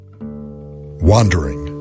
Wandering